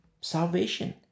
Salvation